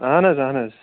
اَہَن حظ اَہَن حظ